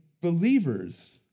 believers